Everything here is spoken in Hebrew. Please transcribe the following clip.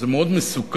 זה מאוד מסוכן,